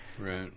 Right